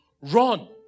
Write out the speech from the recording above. run